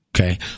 Okay